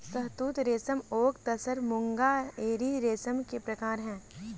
शहतूत रेशम ओक तसर मूंगा एरी रेशम के प्रकार है